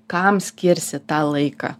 kam skirsi tą laiką